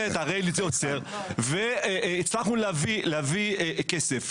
הצלחנו להביא כסף.